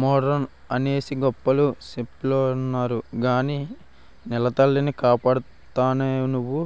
modern అనేసి గొప్పలు సెప్పెవొలున్నారు గాని నెలతల్లిని కాపాడుతామనేవూలు